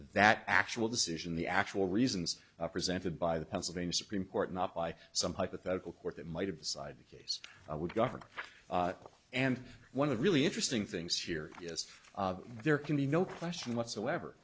that actual decision the actual reasons presented by the pennsylvania supreme court not by some hypothetical court that might have decide the case would govern and one of the really interesting things here yes there can be no question whatsoever